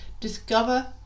discover